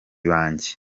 banjye